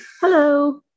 Hello